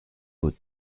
vos